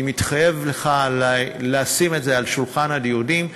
אני מתחייב לך לשים את זה על שולחן הדיונים.